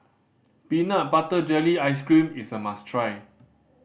peanut butter jelly ice cream is a must try